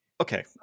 Okay